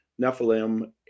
Nephilim